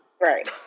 Right